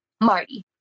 Marty